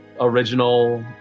original